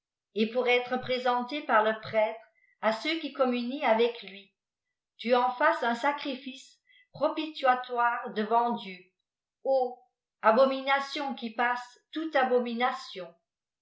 et peur être présenté par le prêtre à ceuxqni odmmonîent aveclni tu en fasses un sacrifice propitiatoire devant dieu o omiitieii qui passe toute abomination